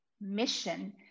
mission